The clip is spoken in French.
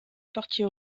partie